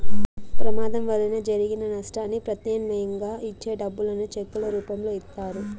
ప్రమాదం వలన జరిగిన నష్టానికి ప్రత్యామ్నాయంగా ఇచ్చే డబ్బులను చెక్కుల రూపంలో ఇత్తారు